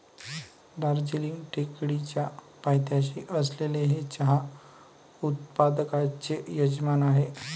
दार्जिलिंग टेकडीच्या पायथ्याशी असलेले हे चहा उत्पादकांचे यजमान आहे